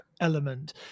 element